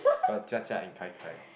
got Jia-Jia and kai-kai